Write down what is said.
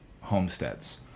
homesteads